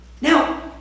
Now